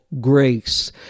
grace